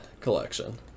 collection